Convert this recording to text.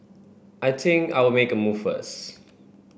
I think I'll make a move first